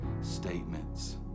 statements